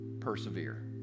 persevere